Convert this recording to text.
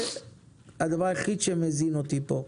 זה הדבר היחיד שמזין אותי פה.